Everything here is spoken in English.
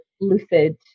lucid